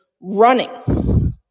running